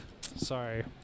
Sorry